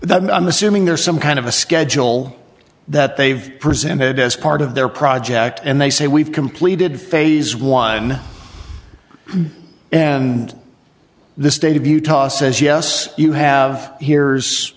that i'm assuming there some kind of a schedule that they've presented as part of their project and they say we've completed phase one and the state of utah says yes you have he